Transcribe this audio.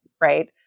right